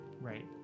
Right